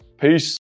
peace